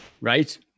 Right